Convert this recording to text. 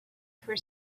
for